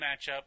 matchup